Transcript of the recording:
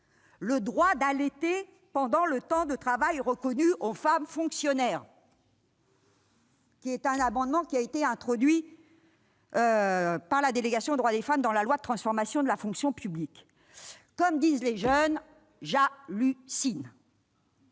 le droit d'allaiter pendant le temps de travail reconnu aux femmes fonctionnaires », qui résulte d'un amendement introduit par la délégation au droit des femmes dans la loi de transformation de la fonction publique. Comme le disent les jeunes : j'hallucine